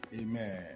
Amen